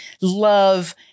love